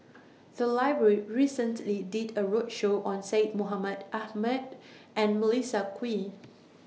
The Library recently did A roadshow on Syed Mohamed Ahmed and Melissa Kwee